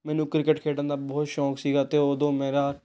ਮੈਨੂੰ ਕ੍ਰਿਕੇਟ ਖੇਡਣ ਦਾ ਬਹੁਤ ਸ਼ੌਂਕ ਸੀਗਾ ਅਤੇ ਉਦੋਂ ਮੇਰਾ